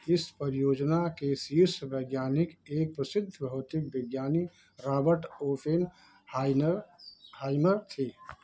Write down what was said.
इस परियोजना के शीर्ष वैज्ञानिक एक प्रसिद्ध भौतिक विज्ञानी रॉबर्ट ओसेन हाइनर हाइनर थे